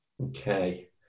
Okay